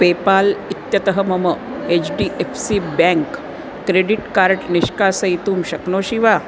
PayPal इत्यतः मम H D F C bank credit card निष्कासयितुं शक्नोषि वा